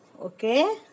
Okay